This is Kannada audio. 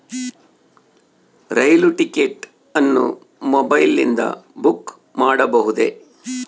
ರೈಲು ಟಿಕೆಟ್ ಅನ್ನು ಮೊಬೈಲಿಂದ ಬುಕ್ ಮಾಡಬಹುದೆ?